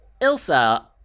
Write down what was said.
Ilsa